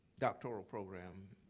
doctoral program,